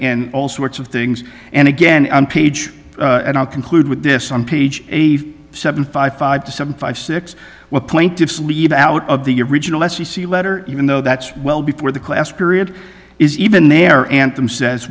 all sorts of things and again on page and i'll conclude with this on page eighty seven five five to seven five six what plaintiffs leave out of the original s b c letter even though that's well before the class period is even there and tim says